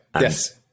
Yes